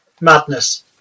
madness